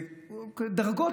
דרגות,